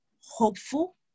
hopeful